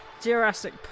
Jurassic